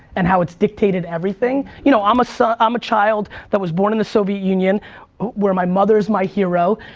and how it's dictated everything. you know, i'm a so um ah child that was born in the soviet union where my mother's my hero,